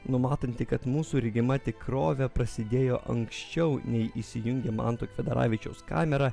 numatanti kad mūsų regima tikrovė prasidėjo anksčiau nei įsijungė manto kvedaravičiaus kamera